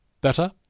Better